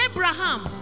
Abraham